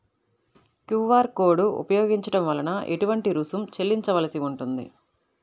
QR code ఉపయోగించటం వలన ఏటువంటి రుసుం చెల్లించవలసి ఉంటుంది?